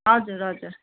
हजुर हजुर